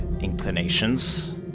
inclinations